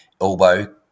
elbow